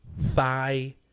thigh